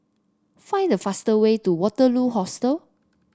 find the fastest way to Waterloo Hostel